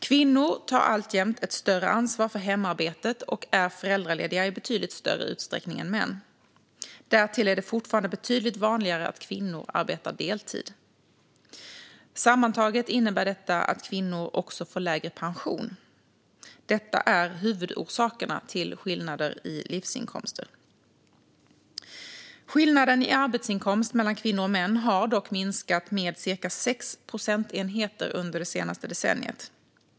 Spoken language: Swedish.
Kvinnor tar alltjämt ett större ansvar för hemarbetet och är föräldralediga i betydligt större utsträckning än män. Därtill är det fortfarande betydligt vanligare att kvinnor arbetar deltid. Sammantaget innebär detta att kvinnor också får lägre pension. Detta är huvudorsakerna till skillnader i livsinkomster. Skillnaden i arbetsinkomst mellan kvinnor och män har dock minskat med cirka 6 procentenheter under det senaste decenniet.